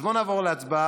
אז בואו נעבור להצבעה.